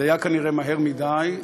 זה היה כנראה מהר מדי,